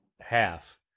half